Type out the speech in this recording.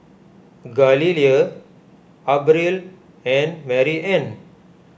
Galilea Abril and Maryann